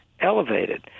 elevated